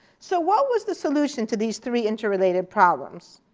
so what was the solution to these three interrelated problems?